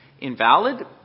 invalid